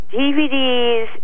DVDs